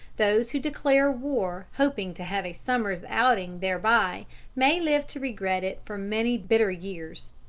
those who declare war hoping to have a summer's outing thereby may live to regret it for many bitter years.